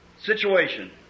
situation